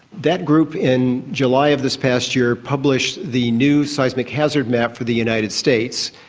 that group in july of this past year published the new seismic hazard map for the united states.